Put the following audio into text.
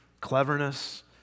cleverness